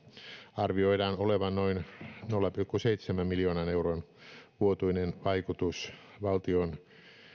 arvioidaan olevan noin nolla pilkku seitsemän miljoonan euron vuotuinen vaikutus valtion